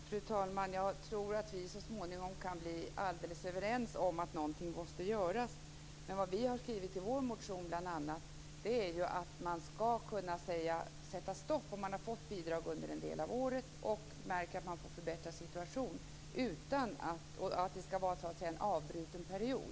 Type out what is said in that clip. Fru talman! Jag tror att vi så småningom kan bli helt överens om att någonting måste göras. Vad vi har skrivit i vår motion är bl.a. att man skall kunna sätta stopp om man har fått bidrag under en del av året och märker att man får en förbättrad situation, dvs. att det skall vara en avbruten period.